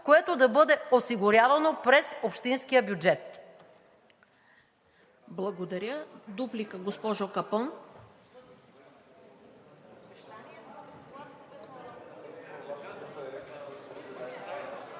което да бъде осигурявано през общинския бюджет.